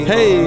Hey